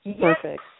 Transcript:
Perfect